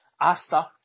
Asta